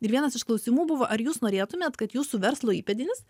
ir vienas iš klausimų buvo ar jūs norėtumėt kad jūsų verslo įpėdinis